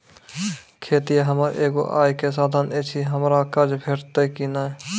खेतीये हमर एगो आय के साधन ऐछि, हमरा कर्ज भेटतै कि नै?